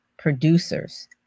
producers